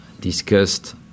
discussed